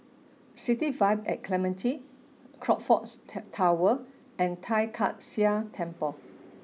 City Vibe at Clementi Crockfords Tower and Tai Kak Seah Temple